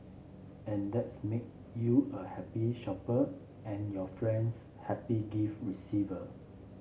and that's make you a happy shopper and your friends happy gift receiver